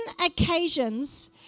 occasions